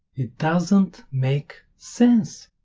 it doesn't make sense,